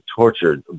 tortured